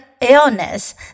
illness